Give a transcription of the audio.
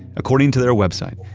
according to their website,